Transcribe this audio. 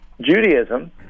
Judaism